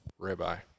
Ribeye